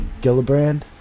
Gillibrand